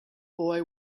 boy